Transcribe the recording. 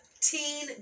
teen